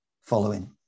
following